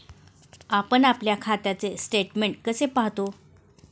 आपण आपल्या खात्याचे स्टेटमेंट कसे पाहतो?